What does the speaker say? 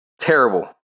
terrible